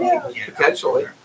Potentially